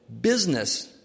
Business